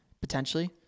potentially